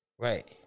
Right